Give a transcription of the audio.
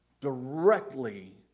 directly